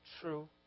true